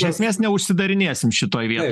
iš esmės neužsidarinėsim šitoj vietoj